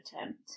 attempt